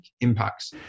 impacts